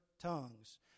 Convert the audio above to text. tongues